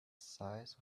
size